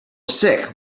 sick